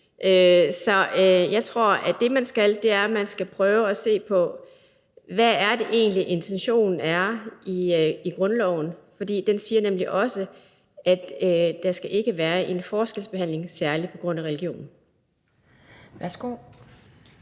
Så jeg tror, at det, man skal, er at prøve at se på, hvad intentionen egentlig er i grundloven. Den siger nemlig også, at der ikke skal være en forskelsbehandling på grund af religion. Kl.